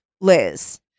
Liz